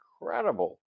incredible